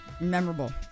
memorable